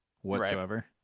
whatsoever